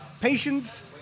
patience